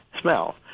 smell